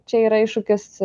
čia yra iššūkis